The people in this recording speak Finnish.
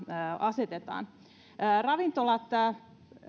asetetaan